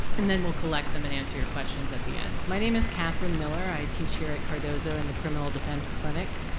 and then we'll collect them and answer your questions at the end. my name is kathryn miller. i teach here at cardozo in the criminal defense clinic.